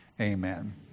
Amen